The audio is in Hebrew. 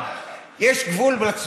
מה יש לך, מיקי?